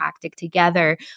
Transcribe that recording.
together